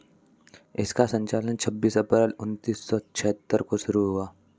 इसका संचालन छब्बीस अप्रैल उन्नीस सौ सत्तर को शुरू हुआ